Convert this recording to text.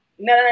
No